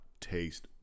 taste